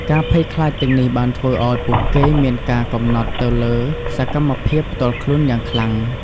ការភ័យខ្លាចទាំងនេះបានធ្វើឱ្យពួកគេមានការកំណត់ទៅលើសកម្មភាពផ្ទាល់ខ្លួនយ៉ាងខ្លាំង។